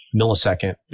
millisecond